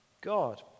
God